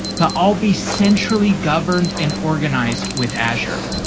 but all be centrally governed and organized with azure.